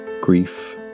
grief